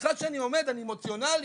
סליחה שאני עומד, אני אמוציונלי.